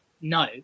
no